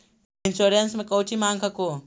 Insurance मे कौची माँग हको?